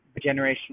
generational